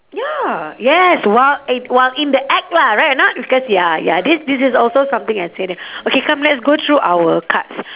ya yes while a~ while in the act lah right or not because ya ya this this is also something I say that okay come let's go through our cards